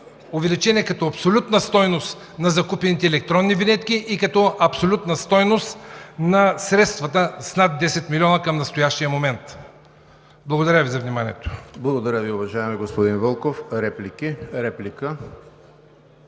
увеличение като абсолютна стойност на закупените електронни винетки и като абсолютна стойност на средствата – с над 10 милиона, към настоящия момент. Благодаря Ви за вниманието. ПРЕДСЕДАТЕЛ ЕМИЛ ХРИСТОВ: Благодаря Ви, уважаеми господин Вълков. Реплики? Имате